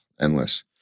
Endless